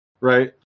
right